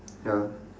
ya